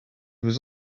was